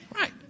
Right